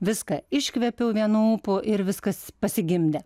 viską iškvėpiau vienu ūpu ir viskas pasigimdė